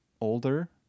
older